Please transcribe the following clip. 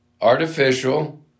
artificial